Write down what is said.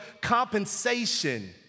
compensation